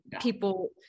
people